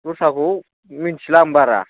दस्राखौ मिथिला आं बारा